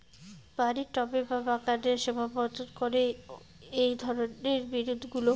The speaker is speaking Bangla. বাড়ির টবে বা বাগানের শোভাবর্ধন করে এই ধরণের বিরুৎগুলো